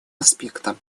аспектам